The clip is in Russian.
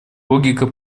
логика